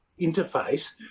interface